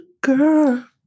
girl